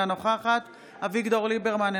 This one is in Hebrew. אינה נוכחת אביגדור ליברמן,